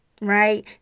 right